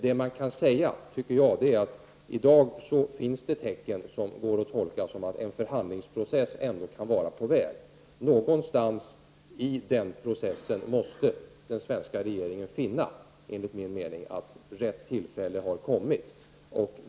Men det jag tycker att man kan säga är att det i dag finns tecken som går att tolka som att en förhandlingsprocess ändå kan vara på väg. Någonstans i denna process måste den svenska regeringen, enligt min mening, finna att rätt tillfälle har kommit.